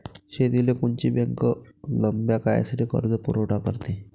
शेतीले कोनची बँक लंब्या काळासाठी कर्जपुरवठा करते?